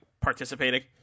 participating